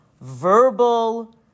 verbal